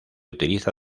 utiliza